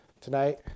tonight